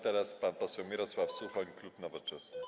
Teraz pan poseł Mirosław Suchoń, klub Nowoczesna.